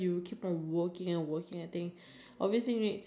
they can go swimming I think that is really nice